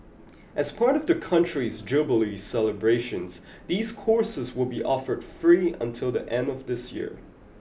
as part of the country's jubilee celebrations these courses will be offered free until the end of this year